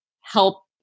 help